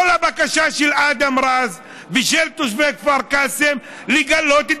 כל הבקשה של אדם רז ושל תושבי כפר קאסם לגלות את